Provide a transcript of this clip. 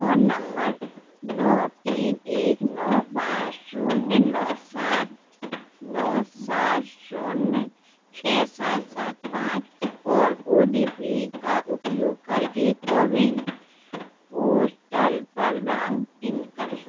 phone number नौ तीन एक नौ पाँच शून्य नौ सात नौ सात शून्य छः सात सात पाँच और ओ डी पी का उपयोग करके कोविन पोस्टल पर लॉन्ग इन करें